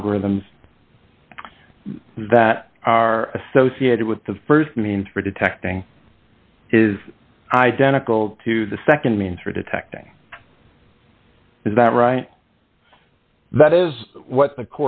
algorithms that are associated with the st means for detecting is identical to the nd means for detecting is that right that is what the